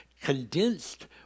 condensed